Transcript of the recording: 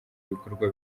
ibikorwa